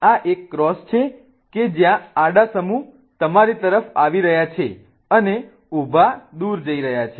આ એક ક્રોસ છે કે જ્યાં આડા સમુહ તમારી તરફ આવી રહ્યા છે ઊભા સમુહ દૂર જઈ રહ્યા છે